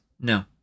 no